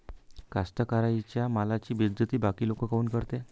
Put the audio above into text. कास्तकाराइच्या मालाची बेइज्जती बाकी लोक काऊन करते?